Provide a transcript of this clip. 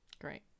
great